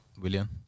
William